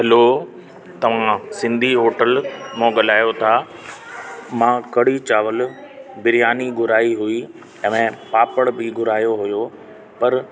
hello तव्हां Sindhi hotel मां ॻाल्हायो था मां कढ़ी चावल बिरयानी घुराई हुई ऐं पापड़ बि घुरायो हुओ पर